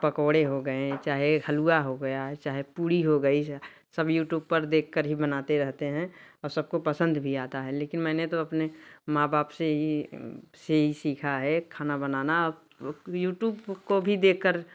पकौड़े हो गए चाहे हलवा हो गया चाहे पूड़ी हो गई सब यूट्यूब पर देखकर ही बनाते रहते हैं और सबको पसंद भी आता है लेकिन मैंने तो अपने माँ बाप से यही यही सीखा है खाना बनाना यूट्यूब को भी देखकर